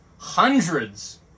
Hundreds